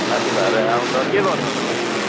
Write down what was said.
साथीभाइहरू आउँछ के गर्छ त भाइ चाहिँ